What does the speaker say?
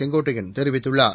செங்கோட்டையன் தெரிவித்துள்ளார்